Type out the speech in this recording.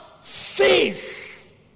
faith